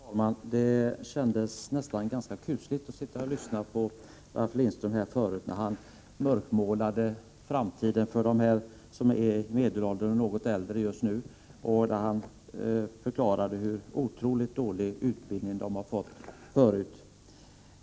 Fru talman! Det kändes nästan kusligt att lyssna på Ralf Lindström när han mörkmålade framtiden för dem som just nu är i medelåldern och något äldre och beskrev hur otroligt dålig utbildning de har fått.